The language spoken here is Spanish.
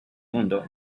mundo